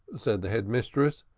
said the head mistress,